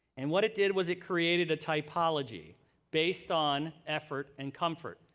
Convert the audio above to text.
and what it did was it created a typology based on effort and comfort,